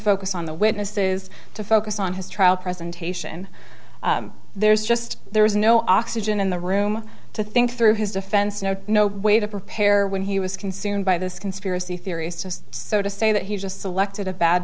focus on the witnesses to focus on his trial presentation there's just there's no oxygen in the room to think through his defense no way to prepare when he was consumed by this conspiracy theories just so to say that he just selected a bad